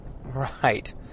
Right